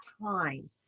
time